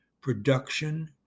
production